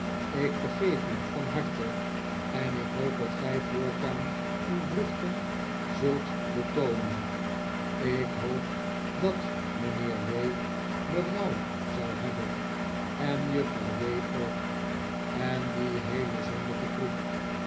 ik vergeef u van harte en ik hoop dat gij voortaan uw driften zult betoomen ik hoop dat mijnheer w berouw zal hebben en juffrouw w ook en die heele zondige troep